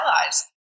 allies